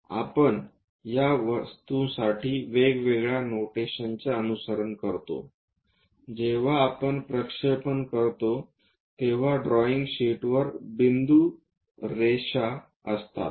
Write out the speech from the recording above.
आपण या वस्तू्साठी वेगवेगळ्या नोटेशनचे अनुसरण करतो जेव्हा आपण प्रक्षेपित करतो तेव्हा ड्रॉईंग शीटवर बिंदू रेषा असतात